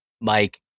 Mike